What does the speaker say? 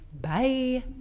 Bye